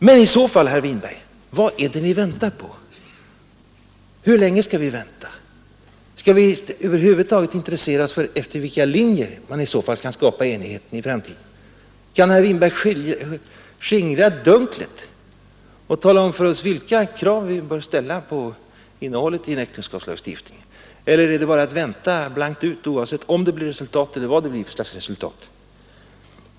Men i så fall, herr Winberg, vad är det vi väntar på? Hur länge skall vi vänta? Skall vi över huvud taget intressera oss för efter vilken linje man kan skapa enigheten i framtiden? Kan herr Winberg skingra dunklet och tala om för oss vilka krav vi bör ställa på innehållet i en äktenskapslagstiftning? Eller är det bara att vänta, oavsett om det blir resultat eller vad det blir för slags resultat?